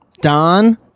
Don